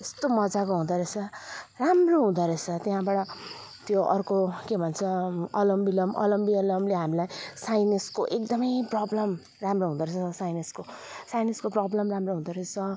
यस्तो मजाको हुँदो रहेछ राम्रो हुँदो रहेछ त्यहाँबाट त्यो अर्को के भन्छ अनुलोम बिलोम अनुलोम बिलोमले हामीलाई साइनसको एकदमै प्रब्लम राम्रो हुँदो रहेछ साइनसको साइनसको प्रब्लम राम्रो हुँदो रहेछ